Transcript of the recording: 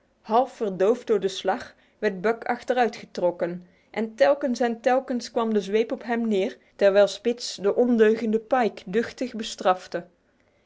half verdoofd door de slag werd buck achteruitgetrokken en telkens en telkens kwam de zweep op hem neer terwijl spitz den ondeugenden pike duchtig bestrafte